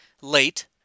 late